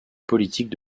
politique